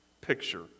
picture